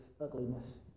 ugliness